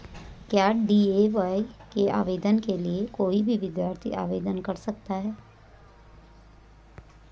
क्या डी.ए.वाय के आवेदन के लिए कोई भी विद्यार्थी आवेदन कर सकता है?